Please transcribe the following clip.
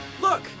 Look